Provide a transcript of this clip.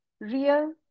real